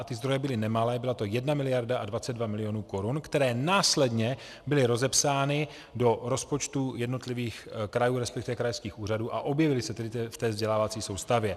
A ty zdroje byly nemalé, byla to 1 022 mil. korun, které následně byly rozepsány do rozpočtů jednotlivých krajů, resp. krajských úřadů, a objevily se tedy v té vzdělávací soustavě.